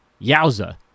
Yowza